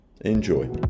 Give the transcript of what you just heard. Enjoy